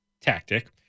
tactic